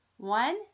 One